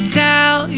tell